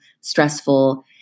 stressful